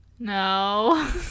No